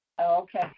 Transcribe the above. Okay